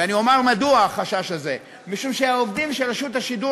ואני אומר מדוע החשש הזה: משום שהעובדים של רשות השידור